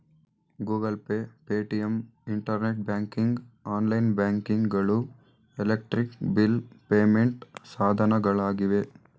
Google pay, Paytm, internet banking, online banking ಗಳು electric bill payment ಸಾಧನಗಳಾಗಿವೆ